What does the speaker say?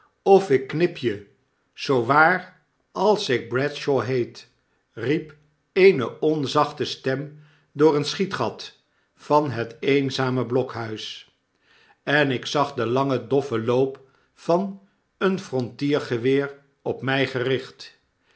of ik knip je zoo waar als ik bradshawheett riep eene onzachte stem door een schietgat van het eenzame blokhuis en ik zag den langen doffen loop van een frontiergeweer op mij gericht